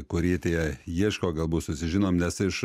kurie tie ieško galbūt susižinom nes iš